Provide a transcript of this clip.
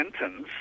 sentence